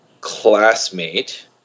classmate